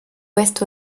ouest